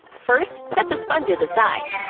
first, set the sponges aside.